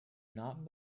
not